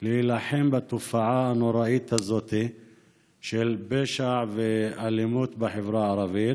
להילחם בתופעה הנוראית הזאת של פשע ואלימות בחברה הערבית.